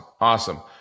Awesome